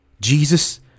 Jesus